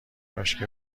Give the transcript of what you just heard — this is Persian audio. کاشکی